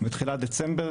בתחילת דצמבר,